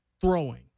throwing